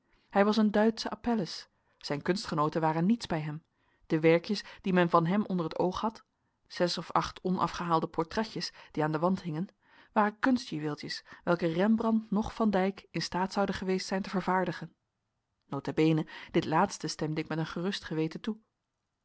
hij was een duitsche apelles zijn kunstgenooten waren niets bij hem de werkjes die men van hem onder t oog had zes of acht onafgehaalde portretjes die aan den wand hingen waren kunstjuweeltjes welke rembrandt noch van dijk in staat zouden geweest zijn te vervaardigen nb dit laatste stemde ik met een gerust geweten toe